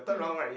mm